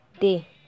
day